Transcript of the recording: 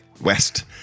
West